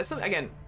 again